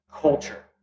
culture